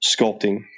sculpting